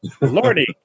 lordy